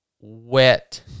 wet